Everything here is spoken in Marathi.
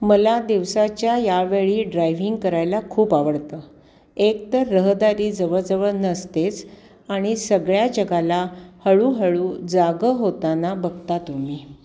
मला दिवसाच्या यावेळी ड्रायव्हिंग करायला खूप आवडतं एकतर रहदारी जवळजवळ नसतेच आणि सगळ्या जगाला हळूहळू जागं होताना बघता तुम्ही